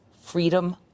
freedom